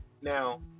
Now